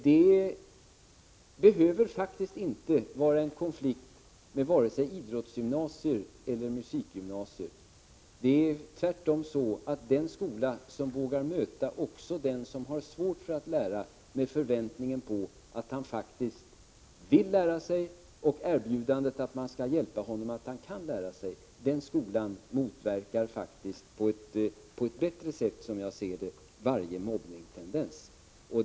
Det behöver faktiskt inte vara en konflikt med vare sig idrottsgymnasier eller musikgymnasier. Det är tvärtom så att den skola som vågar möta också den som har svårt för att lära med förväntningen att han faktiskt vill lära och med erbjudandet att skolan skall hjälpa honom att lära sig motverkar faktiskt på ett bättre sätt varje mobbningstendens.